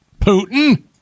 Putin